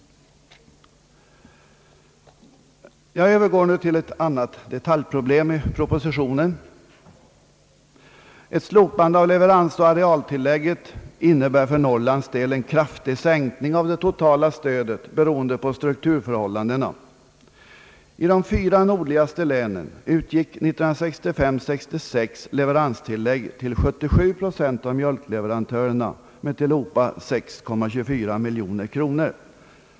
Jag övergår nu till ett annat detaljproblem i propositionen. Ett slopande av leveransoch arealtillägget innebär för Norrlands del en kraftig sänkning av det totala stödet beroende på strukturförhållandena. I de fyra nordligaste länen utgick 1965/66 leveranstillägg till 77 procent av mjölkleverantörerna med tillhopa 6,24 miljoner kronor.